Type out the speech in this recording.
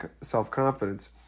self-confidence